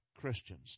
Christians